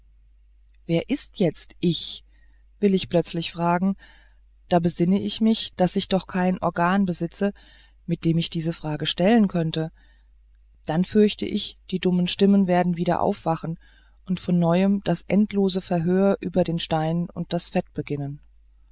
wer ist jetzt ich will ich plötzlich fragen da besinne ich mich daß ich doch kein organ mehr besitze mit dem ich fragen stellen könnte dann fürchte ich die dumme stimme werde wieder aufwachen und von neuem das endlose verhör über den stein und das fett beginnen